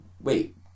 wait